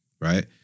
Right